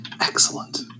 Excellent